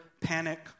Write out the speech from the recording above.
panic